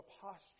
posture